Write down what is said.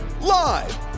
Live